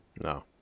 No